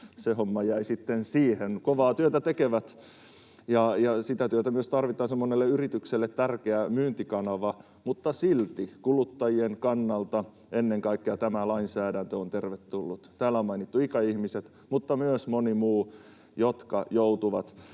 se homma jäi sitten siihen. Kovaa työtä tekevät, ja sitä työtä myös tarvitaan. Se on monelle yritykselle tärkeä myyntikanava, mutta silti ennen kaikkea kuluttajien kannalta tämä lainsäädäntö on tervetullut. Täällä on mainittu ikäihmiset mutta myös monet muut, jotka myöskin